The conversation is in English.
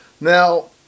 Now